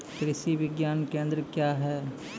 कृषि विज्ञान केंद्र क्या हैं?